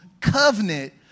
covenant